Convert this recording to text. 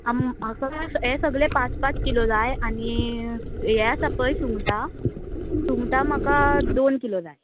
आं म्हाका हें सगलें पांच पांच किलो जाय आनी हें आसा पय सुंगटां सुंगटां म्हाका दोन किलो जाय